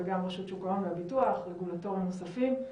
רשות שוק ההון והביטוח ורגולטורים נוספים.